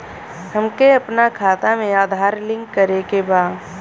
हमके अपना खाता में आधार लिंक करें के बा?